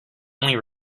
only